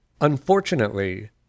Unfortunately